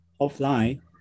offline